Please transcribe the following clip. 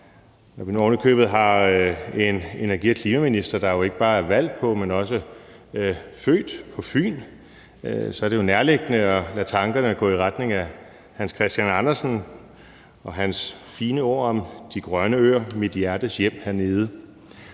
når vi nu ovenikøbet har en klima-, energi- og forsyningsminister, der ikke bare er valgt på, men også er født på Fyn, så er det jo nærliggende at lade tankerne gå i retning af Hans Christian Andersen og hans fine ord om de »grønne øer, mit hjertes hjem hernede«.